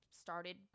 started